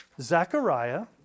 Zechariah